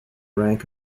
rank